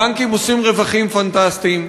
הבנקים עושים רווחים פנטסטיים.